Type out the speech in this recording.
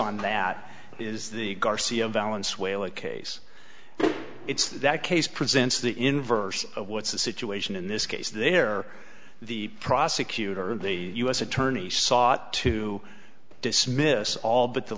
on that is the garcia balance waylaid case it's that case presents the inverse of what's the situation in this case there the prosecutor in the u s attorney sought to dismiss all but the